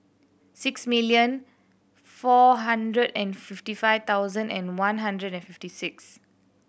six million four hundred and fifteen five thousand and one hundred and fifty six